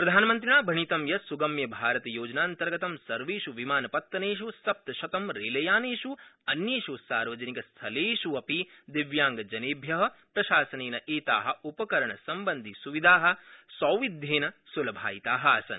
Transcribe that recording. प्रधानमन्त्रिणा भणितं यत् स्गम्यभारतयोजनान्तर्गतं सर्वेष् विमानपत्तनेष् सप्तशतं रेलयानेष् अन्येष् सार्वजनिकस्थलेष् अपि दिव्यांगजनेभ्य प्रशासनेन एता उपकरणसम्बन्धिस्विधा सौविध्येन सुलभायिता आसन्